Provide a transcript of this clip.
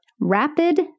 Rapid